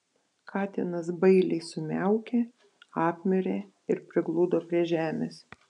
katinas bailiai sumiaukė apmirė ir prigludo prie žemės